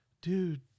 Dude